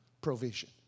provision